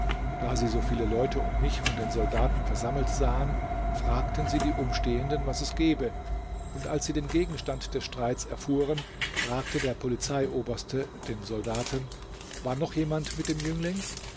da sie so viele leute um mich und den soldaten versammelt sahen fragten sie die umstehenden was es gebe und als sie den gegenstand des streits erfuhren fragte der polizeioberste den soldaten war noch jemand mit dem jüngling